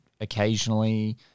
occasionally